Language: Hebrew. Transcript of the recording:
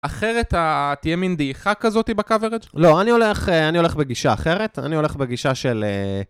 אחרת תהיה מין דעיכה כזאת בקוורדג'? לא, אני הולך בגישה אחרת, אני הולך בגישה של...